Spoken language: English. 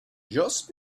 just